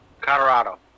Colorado